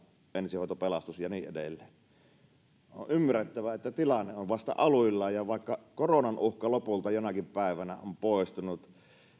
ensihoito pelastus ja niin edelleen toiminta ja jaksaminen on ymmärrettävä että tilanne on vasta aluillaan ja vaikka koronan uhka lopulta jonakin päivänä on poistunut